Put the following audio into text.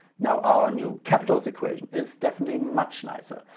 now our new capitals equation is definitely much nicer.